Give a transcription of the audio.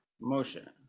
motion